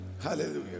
Hallelujah